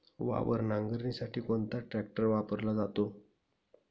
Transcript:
वावर नांगरणीसाठी कोणता ट्रॅक्टर वापरला जातो?